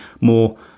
more